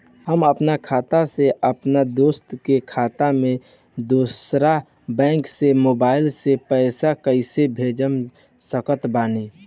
हम आपन खाता से अपना दोस्त के खाता मे दोसर बैंक मे मोबाइल से पैसा कैसे भेज सकत बानी?